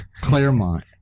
claremont